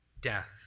death